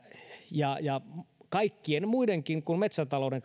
ja ja kaikkien muidenkin elinkeinojen kuin metsätalouden